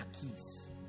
keys